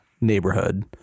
neighborhood